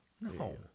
No